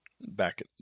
Back